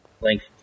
length